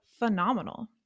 phenomenal